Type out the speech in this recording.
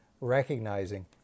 recognizing